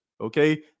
okay